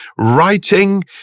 writing